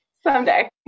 Someday